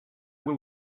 will